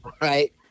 right